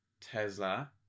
Tesla